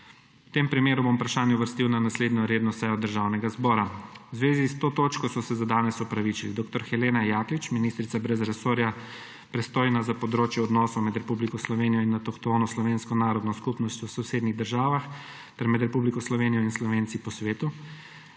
V tem primeru bom vprašanje uvrstil na naslednjo redno sejo Državnega zbora. V zvezi s to točko so se za danes opravičili: dr. Helena Jaklitsch, ministrica brez resorja, pristojna za področje odnosov med Republiko Slovenijo in avtohtono slovensko narodno skupnostjo v sosednjih državah ter med Republiko Slovenijo in Slovenci po svetu;